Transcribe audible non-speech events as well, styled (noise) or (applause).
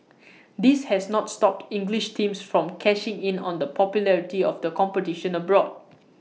(noise) this has not stopped English teams from cashing in on the popularity of the competition abroad